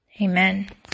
Amen